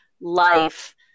life